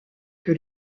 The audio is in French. que